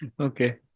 Okay